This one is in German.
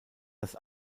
das